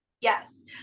Yes